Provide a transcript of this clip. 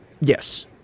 Yes